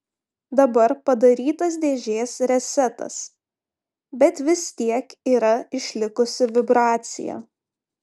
dabar padarytas dėžės resetas bet vis tiek yra išlikus vibracija